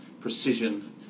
precision